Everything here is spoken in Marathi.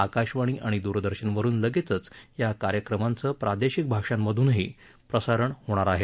आकाशवाणी आणि द्रदर्शनवरुन लगेचच या कार्यक्रमाचं प्रादेशिक भाषांमध्नही प्रसारण होणार आहे